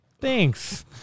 thanks